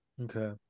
Okay